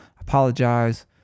apologize